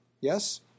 Yes